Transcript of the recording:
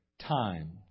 time